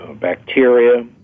bacteria